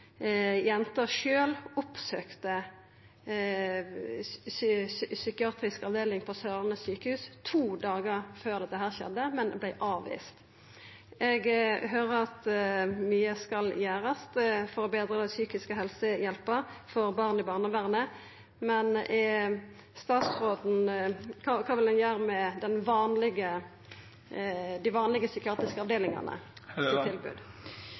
psykiatrisk avdeling ved Sørlandet sjukehus to dagar før dette skjedde, men vart avvist. Eg høyrer at mykje skal gjerast for å betre den psykiske helsehjelpa for barn i barnevernet, men kva vil statsråden gjera med tilboda ved dei vanlege psykiatriske avdelingane?